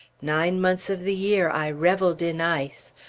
nine months of the year i reveled in ice,